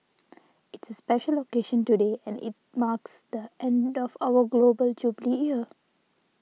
it's a special occasion today and it marks the end of our Global Jubilee year